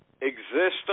existence